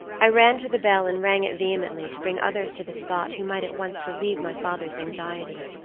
i ran to the bell and rang it vehemently, to bring others to the spot who might at once relieve my father's anxiety.